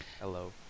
Hello